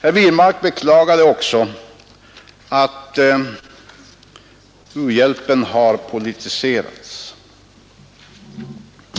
Herr Wirmark beklagade också att u-hjälpen har politiserats.